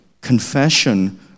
confession